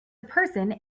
person